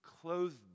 clothed